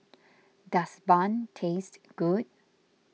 does Bun taste good